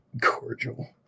Cordial